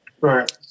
Right